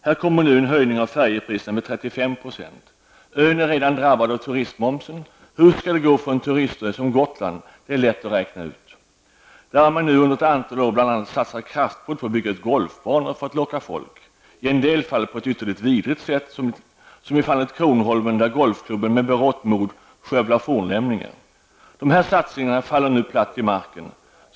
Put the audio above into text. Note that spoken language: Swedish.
Här kommer nu en höjning av färjepriserna med 35 %. Ön är redan drabbad av turistmomsen. Hur det skall gå för en turistö som Gotland är lätt att räkna ut. Där har man under ett antal år bl.a. satsat kraftfullt på att bygga golfbanor för att locka folk -- i en del fall på ett ytterligt vidrigt sätt, såsom i fallet Dessa satsningar faller nu platt till marken.